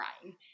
crying